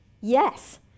Yes